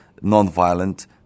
nonviolent